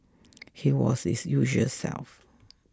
he was his usual self